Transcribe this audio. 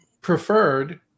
preferred